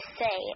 say